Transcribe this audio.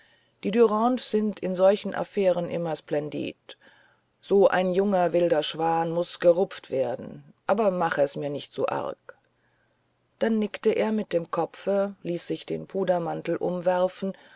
die dürandes sind in solchen affären immer splendid so ein junger wilder schwan muß gerupft werden aber mach er's mir nicht zu arg dann nickte er mit dem kopfe ließ sich den pudermantel umwerfen